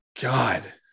God